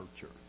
Church